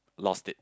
lost it